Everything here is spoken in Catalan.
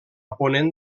ponent